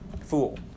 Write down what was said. Fool